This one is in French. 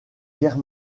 guerre